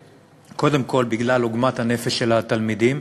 קודם כול בגלל עוגמת הנפש של התלמידים,